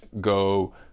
go